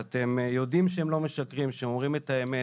שאתם יודעים שהם לא משקרים, שהם אומרים את האמת.